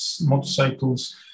motorcycles